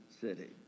city